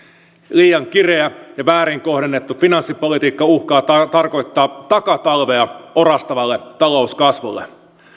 liian kireä ja väärin kohdennettu finanssipolitiikka uhkaa tarkoittaa takatalvea orastavalle talouskasvulle